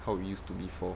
how it used to before